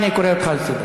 אני רק אמרתי את הנתונים.